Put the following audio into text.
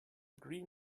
green